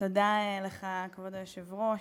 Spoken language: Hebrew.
כבוד היושב-ראש,